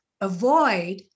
avoid